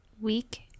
Week